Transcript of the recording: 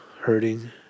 hurting